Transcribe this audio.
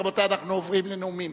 רבותי, אנחנו עוברים לנאומים